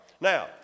Now